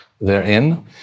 therein